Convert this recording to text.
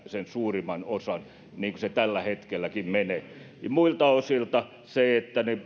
sen suurimman osan niin kuin se tälläkin hetkellä menee muilta osin se että